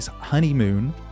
honeymoon